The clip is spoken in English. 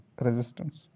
resistance